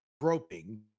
groping